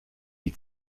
die